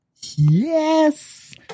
Yes